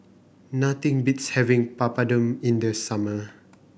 nothing beats having Papadum in the summer